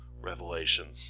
revelation